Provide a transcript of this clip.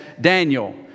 Daniel